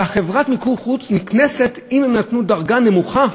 וחברת מיקור החוץ נקנסת אם הם נתנו דרגה נמוכה,